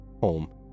home